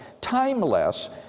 timeless